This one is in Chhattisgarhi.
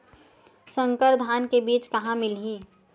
संकर धान के बीज कहां मिलही?